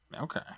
Okay